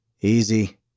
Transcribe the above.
Easy